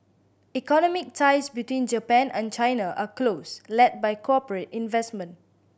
economic ties between Japan and China are close led by corporate investment